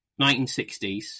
1960s